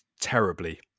terribly